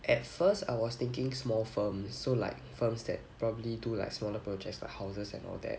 at first I was thinking small firm so like firms that probably do like smaller projects like houses and all that